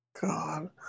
God